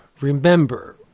remember